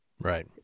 Right